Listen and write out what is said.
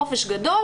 חופש גדול